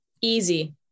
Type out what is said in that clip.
easy